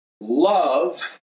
Love